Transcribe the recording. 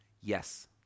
Yes